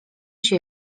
się